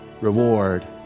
reward